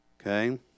Okay